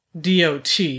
DOT